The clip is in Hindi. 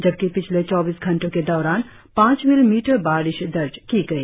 जबकि पिछले चौबीस घंटो के दौरान पाच मिलीमीटर बारिश दर्ज की गई